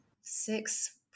Six